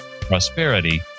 prosperity